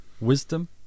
wisdom